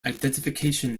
identification